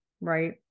right